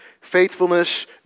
faithfulness